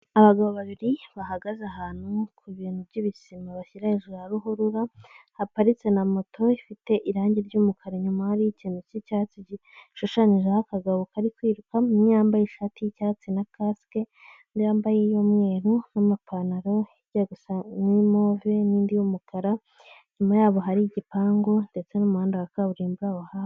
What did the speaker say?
Abagabo babiri bahagaze ahantu ku bintu by'ibisima bashyira hejuru ya ruhurura, haparitse na moto ifite irange ry'umukara, inyuma hari ikintu cy'icyatsi gishushanyijeho akagabo kari kwiruka, umwe yambaye ishati y'icyatsi na kasike, undi yambaye iy'umweruru n'amapantaro ajya gusa move n'indi y'umukara, inyuma yabo hari igipangu ndetse n'umuhanda wa kaburimbo uhari.